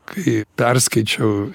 kai perskaičiau